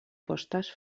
postes